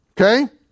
Okay